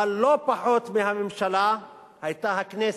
אבל לא פחות מהממשלה היתה הכנסת.